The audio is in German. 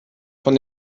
von